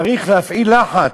צריך להפעיל לחץ,